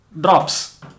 drops